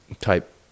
type